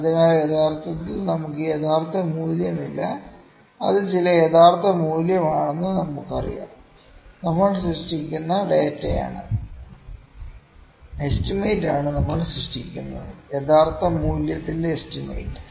അതിനാൽ യഥാർത്ഥത്തിൽ നമുക്ക് യഥാർത്ഥ മൂല്യമില്ല അത് ചില യഥാർത്ഥ മൂല്യമാണെന്ന് നമുക്കറിയാം നമ്മൾ സൃഷ്ടിക്കുന്ന ഡാറ്റയാണ് എസ്റ്റിമേറ്റ് ആണ് നമ്മൾ സൃഷ്ടിക്കുന്നത് യഥാർത്ഥ മൂല്യത്തിന്റെ എസ്റ്റിമേറ്റ്